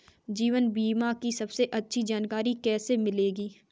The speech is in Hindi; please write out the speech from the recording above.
जीवन बीमा की सबसे अच्छी जानकारी कैसे मिलेगी?